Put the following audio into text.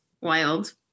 wild